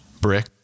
brick